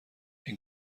این